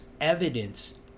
evidence